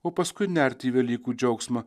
o paskui nerti į velykų džiaugsmą